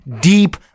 deep